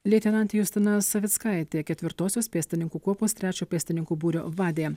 leitenantė justina savickaitė ketvirtosios pėstininkų kuopos trečio pėstininkų būrio vadė